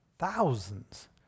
thousands